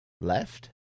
Left